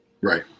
Right